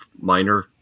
minor